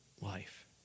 life